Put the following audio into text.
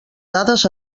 dades